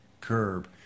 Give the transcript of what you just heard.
curb